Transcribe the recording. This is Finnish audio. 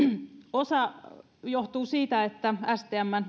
osa johtuu siitä että stmn